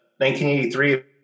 1983